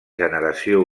generació